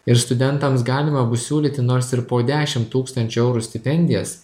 ir studentams galima bus siūlyti nors ir po dešim tūkstančių eurų stipendijas